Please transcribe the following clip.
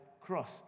cross